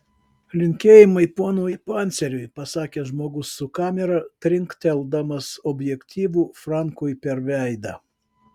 linkėjimai ponui panceriui pasakė žmogus su kamera trinkteldamas objektyvu frankui per veidą